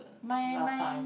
my my